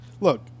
Look